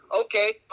okay